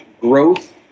growth